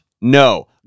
no